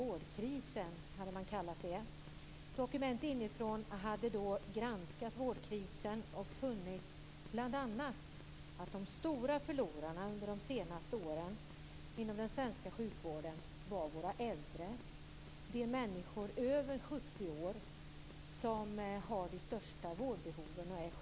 Fru talman! Jag har en fråga till socialminister I går kväll såg jag TV-programmet Dokument inifrån. Avsnittet kallades I skuggan av vårdkrisen. funnit att de stora förlorarna inom den svenska sjukvården under de senaste åren var våra äldre, de människor som är över 70 år, är sjukast och har de största vårdbehoven.